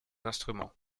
instruments